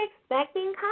expecting